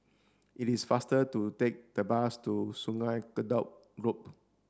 it is faster to take the bus to Sungei Kadut Loop